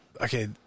okay